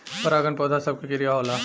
परागन पौध सभ के क्रिया होला